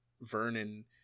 vernon